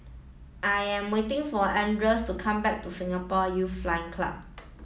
I am waiting for Andres to come back to Singapore Youth Flying Club